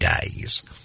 days